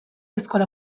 eskola